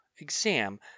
exam